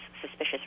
suspicious